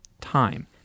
time